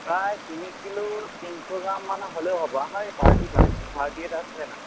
প্ৰায় তিনি কিলো তিনিশ গ্ৰাম মানে হ'লেও হ'ব আমাৰ এই পাৰ্টি এই পাৰ্টি এটা আছিলে না